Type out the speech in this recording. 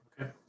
Okay